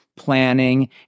planning